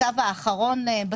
השאלה אם זה דבר נכון או לא.